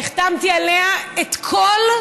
החתמתי עליה את כל,